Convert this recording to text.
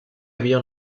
havia